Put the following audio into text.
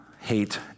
hate